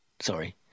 Sorry